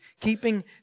keeping